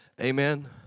Amen